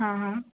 हां हां